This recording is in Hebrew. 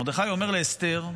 מרדכי אמר לאסתר,